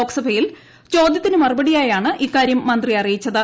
ലോക്സഭയിൽ ചോദ്യത്തിന് മറുപടിയായാണ് ഇക്കാരൃം മന്ത്രി അറിയിച്ചത്